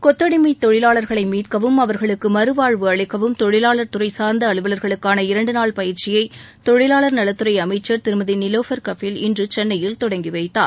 கொத்தடிமை தொழிலாளர்களை மீட்கவும் அவர்களுக்கு மறுவாழ்வு அளிக்கவும் தொழிலாளர் துறை சார்ந்த அலுவலர்களுக்கான இரண்டு நாள் பயிற்சியை தொழிலாளர் நலத்துறை அமைச்சர் திருமதி நீலோஃபர் கபில் இன்று சென்னையில் தொடங்கிவைத்தார்